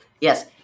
Yes